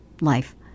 life